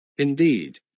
Indeed